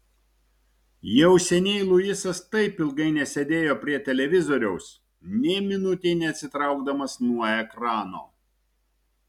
jau seniai luisas taip ilgai nesėdėjo prie televizoriaus nė minutei neatsitraukdamas nuo ekrano